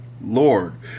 Lord